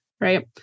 right